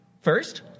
first